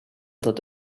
that